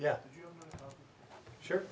yeah sure